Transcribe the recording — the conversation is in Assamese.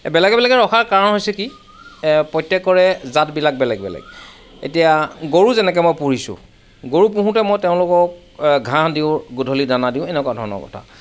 এই বেলেগে বেলেগে ৰখাৰ কাৰণ হৈছে কি প্ৰত্যেকৰে জাতবিলাক বেলেগ বেলেগ এতিয়া গৰু যেনেকৈ মই পোহিছো গৰু পোহোতে মই তেওঁলোকক ঘাঁহ দিওঁ গধূলি দানা দিওঁ এনেকুৱা ধৰণৰ কথা